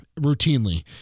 routinely